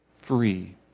free